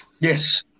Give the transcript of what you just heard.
Yes